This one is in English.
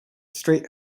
straight